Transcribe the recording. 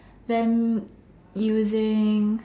them using